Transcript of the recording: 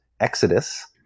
Exodus